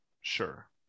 Sure